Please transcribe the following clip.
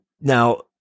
Now